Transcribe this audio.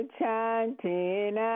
chanting